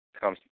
comes